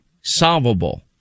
solvable